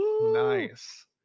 Nice